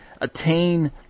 attain